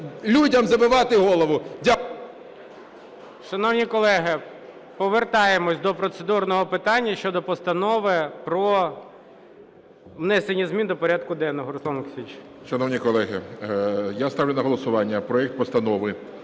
людям забивати голову.